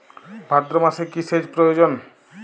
ভাদ্রমাসে কি সেচ প্রয়োজন?